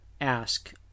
ask